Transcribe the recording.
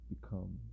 become